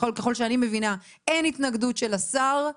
ככל שאני מבינה אין התנגדות של השר.